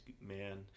man